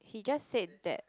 he just said that